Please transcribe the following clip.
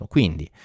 Quindi